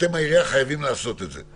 אתם העירייה חייבים לעשות את זה.